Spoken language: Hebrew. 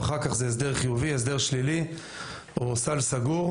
אחר כך זה הסדר חיובי או הסדר שלילי או סל סגור,